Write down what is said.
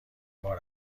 بار